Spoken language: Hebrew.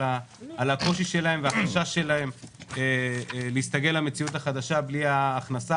על הקושי שלה והחשש שלה להסתגל למציאות החדשה בלי ההכנסה